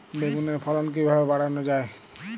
বেগুনের ফলন কিভাবে বাড়ানো যায়?